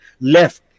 left